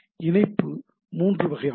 இணைப்பு மூன்று வகையானவை